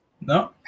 no